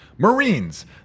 Marines